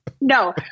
No